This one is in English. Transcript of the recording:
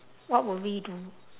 what will we do